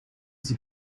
sie